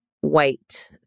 white